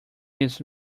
his